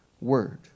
word